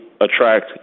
attract